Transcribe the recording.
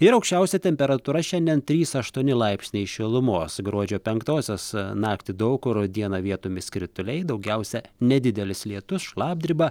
ir aukščiausia temperatūra šiandien trys aštuoni laipsniai šilumos gruodžio penktosios naktį daug kur o dieną vietomis krituliai daugiausia nedidelis lietus šlapdriba